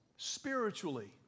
spiritually